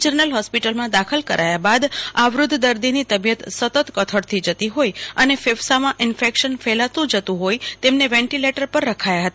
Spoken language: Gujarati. જનરલ હોસ્પિટલમાં દાખલ કરાયા બાદ આ વધ્વે દર્દાની તબિયત સતત કથળતી જતી હોઈ અને ફેફસામાં ઈન્ફેકશન ફેલાતું જતું હોઈ તેમને વેન્ટીલેટર પર રખાયા હતા